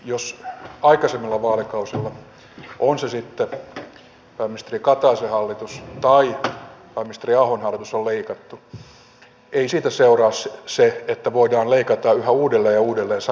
jos aikaisemmilla vaalikausilla oli se sitten pääministeri kataisen hallitus tai pääministeri ahon hallitus on leikattu ei siitä seuraa se että voidaan leikata yhä uudelleen ja uudelleen samoista kohteista